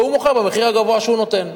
והוא מוכר במחיר הגבוה שהוא נותן.